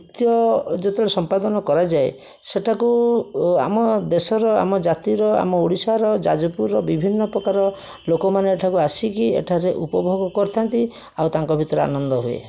ନୃତ୍ୟ ଯେତେବେଳେ ସମ୍ପାଦନ କରାଯାଏ ସେଇଟାକୁ ଅ ଆମ ଦେଶର ଆମ ଜାତିର ଆମ ଓଡ଼ିଶାର ଯାଜପୁରର ବିଭିନ୍ନପ୍ରକାର ଲୋକମାନେ ଏଠାକୁ ଆସିକି ଏଠାରେ ଉପଭୋଗ କରିଥାନ୍ତି ଆଉ ତାଙ୍କ ଭିତରେ ଆନନ୍ଦ ହୁଏ